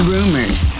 Rumors